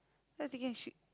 then I was thinking sh~